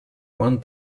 one